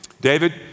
David